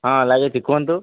ହଁ ଲାଗିଛି କୁହନ୍ତୁ